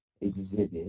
exhibit